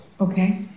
Okay